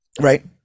Right